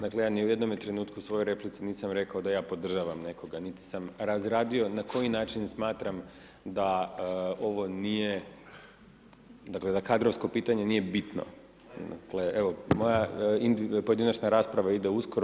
Dakle, ja ni u jednome trenutku u svojoj replici nisam rekao da ja podržavam nekoga, niti sam razradio na koji način smatram da ovo nije, dakle, da kadrovsko pitanje nije bitno, dakle, evo, moja pojedinačna rasprava ide uskoro.